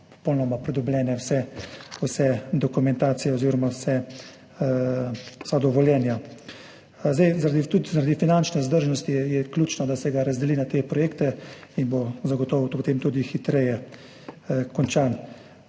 vse dokumentacije oziroma vsa dovoljenja. Tudi zaradi finančne vzdržnosti je ključno, da se ga razdeli na te projekte, in bo zagotovo potem tudi hitreje končan.